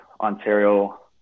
Ontario